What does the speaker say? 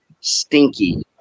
stinky